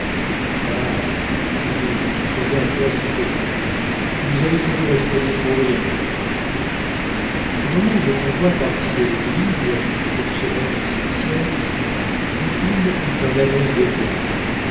dit minoret qui savait à quoi s'en tenir vous nous avez toujours effrayés pour rien au moment où le convoi partit de l'église pour se rendre au cimetière goupil eut un amer déboire